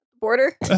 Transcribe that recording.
Border